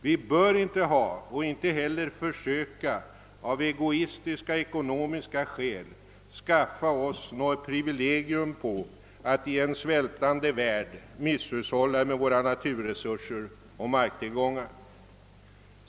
Vi bör inte ha och inte heller försöka av egoistiska skäl skaffa oss något privilegium på att i en svältande värld misshushålla med naturresurser och marktillgångar.